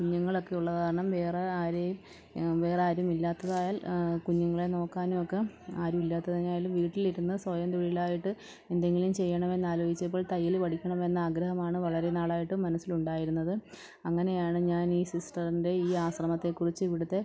കുഞ്ഞുങ്ങളൊക്കെ ഉള്ളതാണ് വേറെ ആരെയും വേറെ ആരും ഇല്ലാത്തതായാൽ കുഞ്ഞുങ്ങളെ നോക്കാനും ഒക്കെ ആരും ഇല്ലാത്തതിനാലും വീട്ടിലിരുന്ന് സ്വയം തൊഴിലായിട്ട് എന്തെങ്കിലും ചെയ്യണം എന്നാലോചിച്ചപ്പോൾ തയ്യൽ പഠിക്കണമെന്ന ആഗ്രഹമാണ് വളരെ നാളായിട്ടും മനസ്സിലുണ്ടായിരുന്നത് അങ്ങനെയാണ് ഞാനീ സിസ്റ്ററിൻ്റെ ഈ ആശ്രമത്തെ കുറിച്ച് ഇവിടുത്തെ